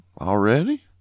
Already